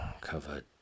covered